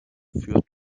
führt